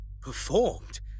Performed